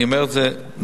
אני אומר את זה נקודתי,